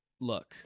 look